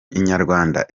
inyarwanda